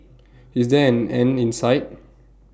is there an end in sight